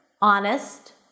honest